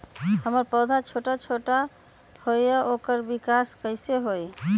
हमर पौधा छोटा छोटा होईया ओकर विकास कईसे होतई?